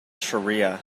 shariah